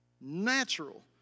natural